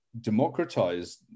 democratize